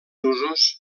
usos